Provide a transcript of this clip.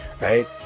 right